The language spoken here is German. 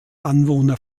anwohner